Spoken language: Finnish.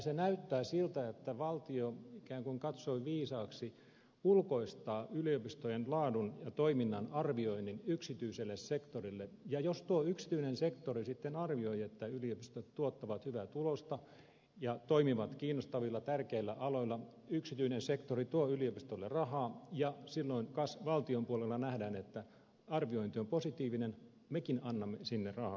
se näyttää siltä että valtio ikään kuin katsoi viisaaksi ulkoistaa yliopistojen laadun ja toiminnan arvioinnin yksityiselle sektorille ja jos tuo yksityinen sektori sitten arvioi että yliopistot tuottavat hyvää tulosta ja toimivat kiinnostavilla tärkeillä aloilla yksityinen sektori tuo yliopistolle rahaa silloin kas valtion puolella nähdään että arviointi on positiivinen mekin annamme sinne rahaa